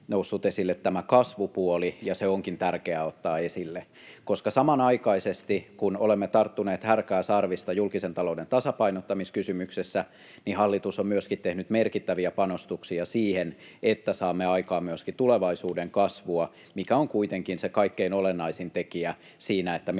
noussut esille tämä kasvupuoli, ja se onkin tärkeää ottaa esille, koska samanaikaisesti kun olemme tarttuneet härkää sarvista julkisen talouden tasapainottamiskysymyksessä, hallitus on myöskin tehnyt merkittäviä panostuksia siihen, että saamme aikaan myöskin tulevaisuuden kasvua, mikä on kuitenkin se kaikkein olennaisin tekijä siinä, millä